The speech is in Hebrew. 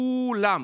כולם.